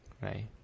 right